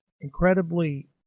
incredibly